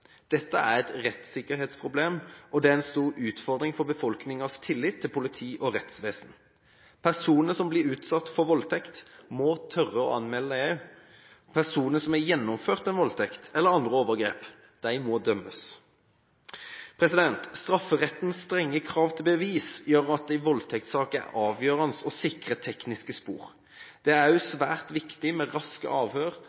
Dette er et rettssikkerhetsproblem, og det er en stor utfordring for befolkningens tillit til politi og rettsvesen. Personer som blir utsatt for voldtekt, må tørre å anmelde det. Personer som har gjennomført en voldtekt eller andre overgrep, må dømmes. Strafferettens strenge krav til bevis gjør at det i voldtektssaker er avgjørende å sikre tekniske spor. Det er